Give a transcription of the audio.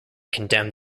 condemned